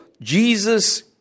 Jesus